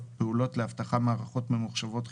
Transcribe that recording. "פעולות לאבטחת מערכות ממוחשבות חיוניות",